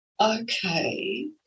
Okay